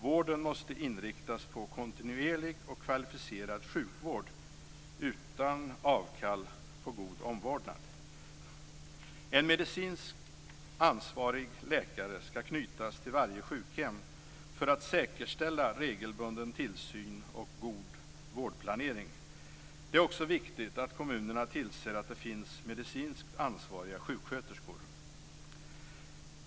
Vården måste inriktas på kontinuerlig och kvalificerad sjukvård utan att man ger avkall på god omvårdnad. En medicinskt ansvarig läkare skall knytas till varje sjukhem för att regelbunden tillsyn och god vårdplanering skall säkerställas. Det är också viktigt att kommunerna tillser att det finns medicinskt ansvariga sjuksköterskor.